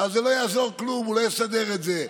אז לא יעזור כלום, הוא לא יסדר את זה.